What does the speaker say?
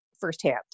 firsthand